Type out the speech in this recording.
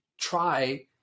try